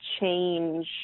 change